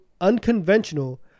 unconventional